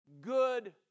good